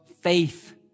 faith